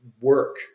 work